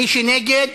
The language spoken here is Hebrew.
מי שנגד,